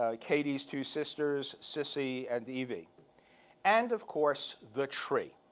ah katie's two sisters, sissy and evy and, of course, the tree.